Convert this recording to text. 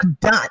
done